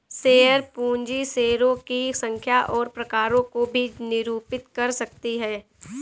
share पूंजी शेयरों की संख्या और प्रकारों को भी निरूपित कर सकती है